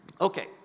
Okay